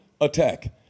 attack